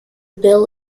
bill